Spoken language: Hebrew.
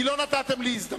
כי לא נתתם לי הזדמנות.